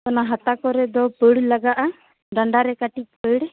ᱚᱱᱟ ᱦᱟᱛᱟ ᱠᱚᱨᱮ ᱫᱚ ᱯᱟᱹᱲ ᱞᱟᱜᱟᱜᱼᱟ ᱰᱟᱸᱰᱟ ᱨᱮ ᱠᱟᱹᱴᱤᱡ ᱯᱟᱹᱲ